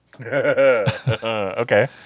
Okay